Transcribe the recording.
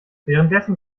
währenddessen